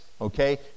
okay